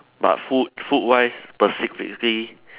but food food wise specifically